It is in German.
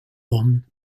bonn